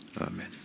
amen